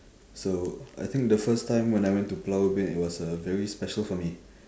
so I think the first time when I went to pulau ubin it was uh very special for me